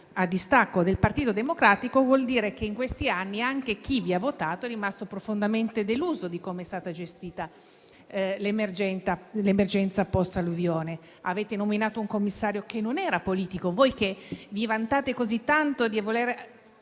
di distacco dal Partito Democratico. Ciò vuol dire che, in questi anni, anche chi vi ha votato è rimasto profondamente deluso da come è stata gestita l'emergenza post-alluvione. Avete nominato un commissario che non era politico. Voi che vi vantate così tanto di voler